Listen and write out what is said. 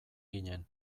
ginen